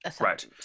right